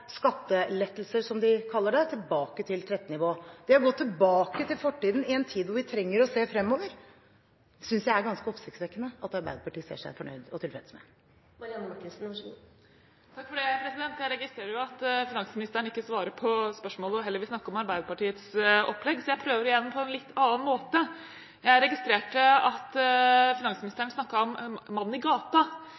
skattelettelser, som de kaller det, tilbake til 2013-nivå. Det å gå tilbake til fortiden i en tid da vi trenger å se fremover, synes jeg er ganske oppsiktsvekkende at Arbeiderpartiet ser seg fornøyd og tilfreds med. Jeg registrerer at finansministeren ikke svarer på spørsmålet og heller vil snakke om Arbeiderpartiets opplegg, så jeg prøver igjen – på en litt annen måte. Jeg registrerte at